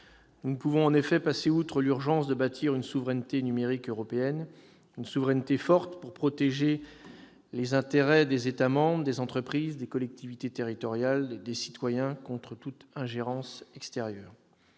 Nous ne pouvons en effet passer outre l'urgence de bâtir une souveraineté numérique européenne, une souveraineté forte pour protéger les intérêts des États membres, des entreprises, des collectivités territoriales, des citoyens, contre toute ingérence extérieure.